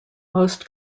most